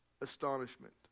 astonishment